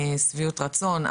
שביעות רצון,